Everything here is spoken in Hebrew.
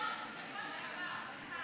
קורח זה של שבוע שעבר,